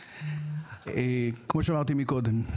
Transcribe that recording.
כמו שאמרתי קודם,